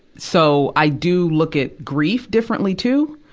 so, i do look at grief differently, too.